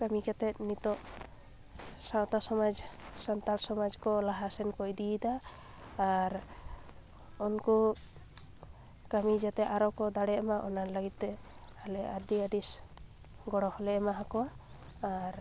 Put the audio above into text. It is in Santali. ᱠᱟᱹᱢᱤ ᱠᱟᱛᱮᱫ ᱱᱤᱛᱚᱜ ᱥᱟᱶᱛᱟ ᱥᱚᱢᱟᱡᱽ ᱥᱟᱱᱛᱟᱲ ᱥᱚᱢᱟᱡᱽ ᱠᱚ ᱞᱟᱦᱟᱥᱮᱱ ᱠᱚ ᱤᱫᱤᱭᱮᱫᱟ ᱟᱨ ᱩᱱᱠᱩ ᱠᱟᱹᱢᱤ ᱡᱟᱛᱮ ᱟᱨᱚ ᱠᱚ ᱫᱟᱲᱮᱭᱟᱜ ᱢᱟ ᱚᱱᱟ ᱞᱟᱹᱜᱤᱫ ᱛᱮ ᱟᱞᱮ ᱟᱹᱰᱤ ᱟᱹᱰᱤ ᱜᱚᱲᱚ ᱦᱚᱸᱞᱮ ᱮᱢᱟᱣ ᱠᱚᱣᱟ ᱟᱨ